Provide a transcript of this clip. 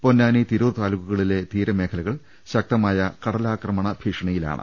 പൊന്നാനി തിരൂർ താലൂക്കുകളിലെ തീര മേഖലകൾ ശക്തമായ കടലാക്രമണ ഭീഷണിയിലാണ്